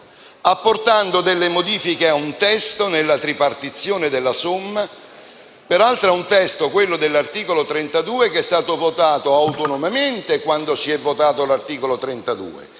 apportando delle modifiche a un testo nella tripartizione della somma, peraltro al testo dell'articolo 32 che è stato votato autonomamente, quando si è votato quell'articolo,